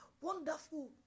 Wonderful